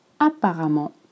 Apparemment